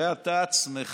הרי אתה עצמך